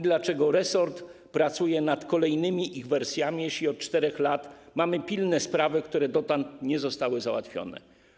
Dlaczego resort pracuje nad kolejnymi ich wersjami, jeśli od 4 lat mamy pilne sprawy, które dotąd nie zostały załatwione?